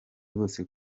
rwose